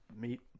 Meat